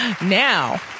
now